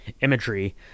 imagery